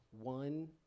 One